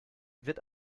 wird